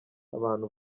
abantu